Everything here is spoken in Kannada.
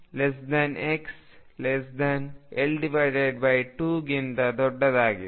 ಇದುL2 L2xL2 ಗಿಂತ ದೊಡ್ಡದಾಗಿದೆ